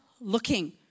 looking